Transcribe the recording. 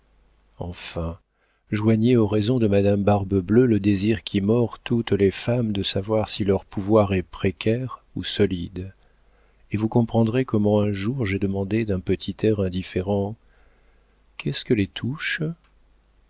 enfin joignez aux raisons de madame barbe-bleue le désir qui mord toutes les femmes de savoir si leur pouvoir est précaire ou solide et vous comprendrez comment un jour j'ai demandé d'un petit air indifférent qu'est-ce que les touches